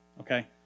okay